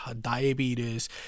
diabetes